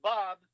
Bob